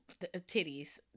titties